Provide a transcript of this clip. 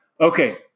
Okay